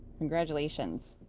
congratulations.